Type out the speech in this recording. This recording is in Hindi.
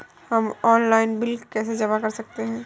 हम ऑनलाइन बिल कैसे जमा कर सकते हैं?